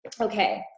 okay